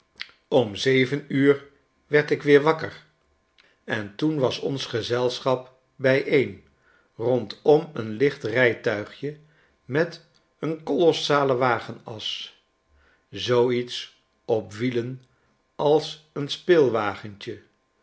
om zeven uur werd ik weer wakker en toen was ons gezelschap bijeen rondom een licht rijtuigje met een kolossale wagenas zoo iets op wielen als een